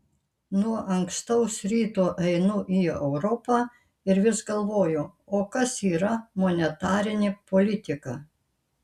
nuo ankstaus ryto einu į europą ir vis galvoju o kas yra monetarinė politika